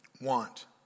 want